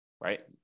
right